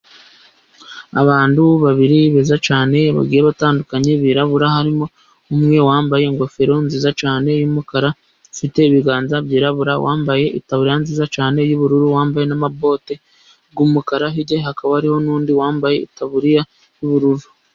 Abantu babiri beza cyane , bagiye batandukanye birarabura. Harimo umwe wambaye ingofero nziza cyane yumukara ,ufite ibiganza byirabura wambaye itaburiya nziza cyane yubururu, wambaye namaboti yumukara , hijya hakaba hariho nundi wambaye itaburiya yubururu.